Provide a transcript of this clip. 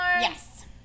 Yes